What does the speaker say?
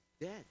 dead